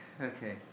okay